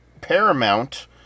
Paramount